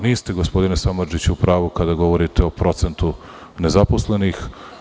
Niste u pravu gospodine Samardžiću kada govorite o procentu nezaposlenih.